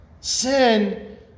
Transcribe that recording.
sin